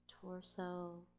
torso